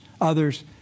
others